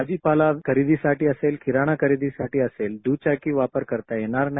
भाजीपाला खरेदीसाठी असेल किराणा खरेदी असेल द्चाकी वापर करता येणार नाही